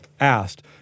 asked